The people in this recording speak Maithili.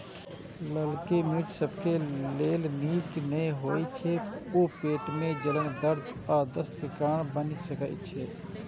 ललकी मिर्च सबके लेल नीक नै होइ छै, ऊ पेट मे जलन, दर्द आ दस्त के कारण बनि सकै छै